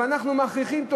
אבל אנחנו מכריחים אותו